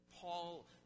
Paul